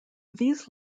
these